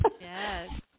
Yes